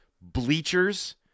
bleachers